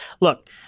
Look